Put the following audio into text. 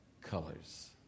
colors